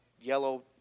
yellow